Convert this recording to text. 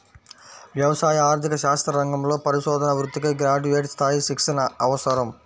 వ్యవసాయ ఆర్థిక శాస్త్ర రంగంలో పరిశోధనా వృత్తికి గ్రాడ్యుయేట్ స్థాయి శిక్షణ అవసరం